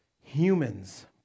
Humans